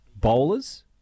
bowlers